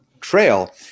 trail